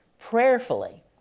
prayerfully